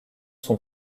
son